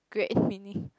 great meaning